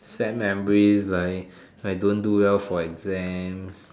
sad memories like don't do well for exams